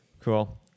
Cool